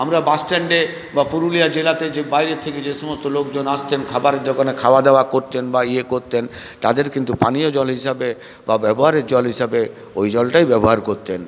আমরা বাসস্ট্যান্ডে বা পুরুলিয়া জেলাতে যে বাইরে থেকে যে সমস্ত লোকজন আসতেন খাবারের দোকানে খাওয়া দাওয়া করতেন বা ইয়ে করতেন তাদের কিন্তু পানীয় জল হিসাবে বা ব্যবহারের জল হিসাবে ওই জলটাই ব্যবহার করতেন